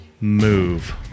move